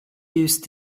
used